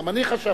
גם אני חשבתי,